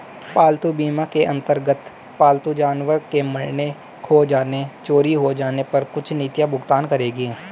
पालतू बीमा के अंतर्गत पालतू जानवर के मरने, खो जाने, चोरी हो जाने पर कुछ नीतियां भुगतान करेंगी